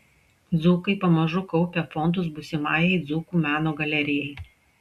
dzūkai pamažu kaupia fondus būsimajai dzūkų meno galerijai